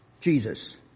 Jesus